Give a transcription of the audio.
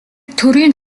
төрийн